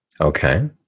Okay